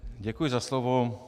Děkuji za slovo.